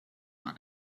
man